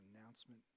announcement